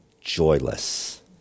joyless